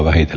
joo